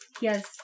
Yes